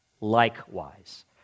likewise